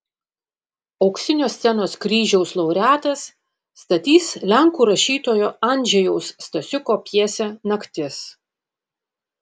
auksinio scenos kryžiaus laureatas statys lenkų rašytojo andžejaus stasiuko pjesę naktis